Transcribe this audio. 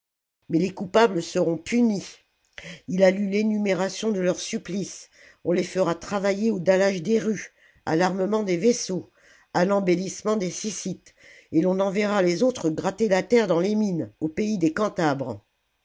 mais les coupables seront punis ii a lu rénumération de leurs supplices on les fera travailler au dallage des rues à farmement des vaisseaux à l'embellissement des sjssites et l'on enverra les autres gratter la terre dans les mines au pays des